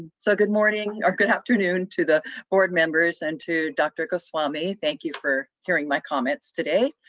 so good morning or good afternoon to the board members and to dr. goswami. thank you for hearing my comments today.